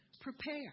Prepare